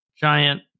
giant